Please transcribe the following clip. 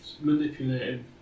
manipulating